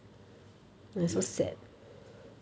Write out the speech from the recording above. yup